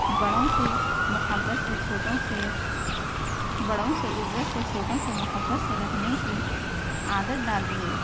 بڑوں سے محبّت سے چھوٹوں سے بڑوں سے عزّت سے چھوٹوں سے محبت سے رہنے کی عادت ڈالیے